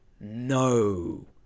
no